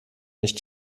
nicht